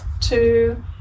two